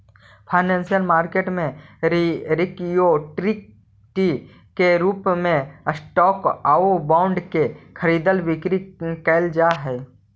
financial market में security के रूप में स्टॉक आउ बॉन्ड के खरीद बिक्री कैल जा हइ